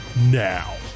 now